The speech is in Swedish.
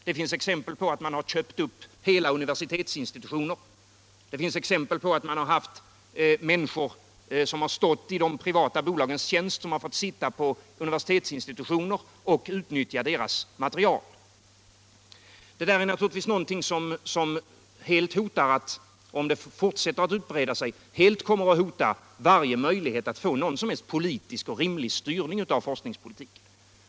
Det finns exempel på att hela universitetsinstitutioner har köpts upp, och det finns exempel på att människor som stått i privata bolags tjänst har fått sitta och arbeta på universitetsinstitutioner och utnyttja deras material. Det är naturligtvis någonting som om det fortsätter att utbreda sig helt kommer att hota varje möjlighet att få någon som helst rimlig styrning av forskningspolitiken.